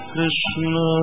Krishna